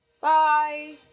Bye